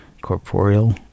corporeal